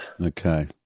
Okay